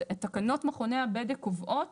התקנות מכוני הבדק קובעות